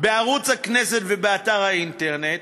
בערוץ הכנסת ובאתר אינטרנט.